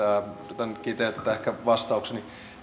yritän kiteyttää vastaukseni